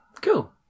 Cool